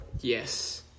Yes